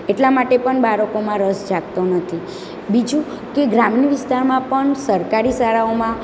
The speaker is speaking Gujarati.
એટલા માટે પણ બાળકોમાં રસ જાગતો નથી બીજું કે ગ્રામીણ વિસ્તારમાં પણ સરકારી શાળાઓમાં